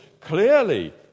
clearly